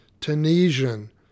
Tunisian